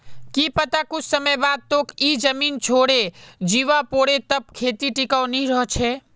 की पता कुछ समय बाद तोक ई जमीन छोडे जीवा पोरे तब खेती टिकाऊ नी रह छे